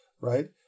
right